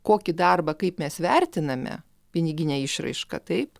kokį darbą kaip mes vertiname pinigine išraiška taip